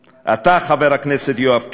אתה, חבר הכנסת יואב קיש,